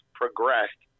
progressed